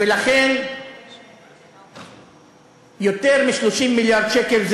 ולכן יותר מ-30 מיליארד שקל,